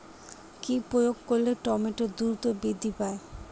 কি প্রয়োগ করলে টমেটো দ্রুত বৃদ্ধি পায়?